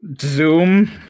zoom